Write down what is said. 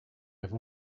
have